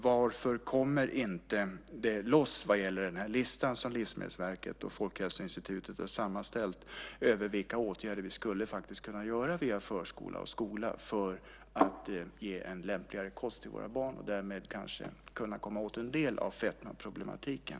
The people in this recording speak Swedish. Varför kommer inte den lista loss som Livsmedelsverket och Folkhälsoinstitutet har sammanställt över vilka åtgärder vi faktiskt skulle kunna vidta via förskola och skola för att ge våra barn en lämpligare kost och därmed kanske kunna komma åt en del av fetmaproblematiken?